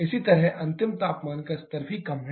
इसी तरह अंतिम तापमान का स्तर भी कम है